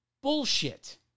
Bullshit